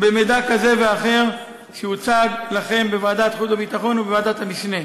במידע כזה ואחר שהוצג לכם בוועדת חוץ וביטחון או בוועדת המשנה.